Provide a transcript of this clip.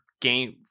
game